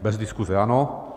Bez diskuse ano.